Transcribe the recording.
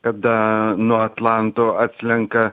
kada nuo atlanto atslenka